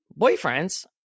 boyfriends